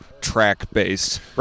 track-based